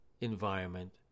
environment